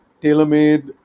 tailor-made